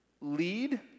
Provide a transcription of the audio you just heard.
lead